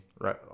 right